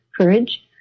courage